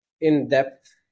in-depth